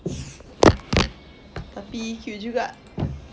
tapi cute juga